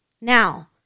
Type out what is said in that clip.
Now